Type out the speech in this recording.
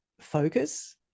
focus